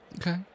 Okay